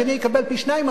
השני יקבל פי-שניים,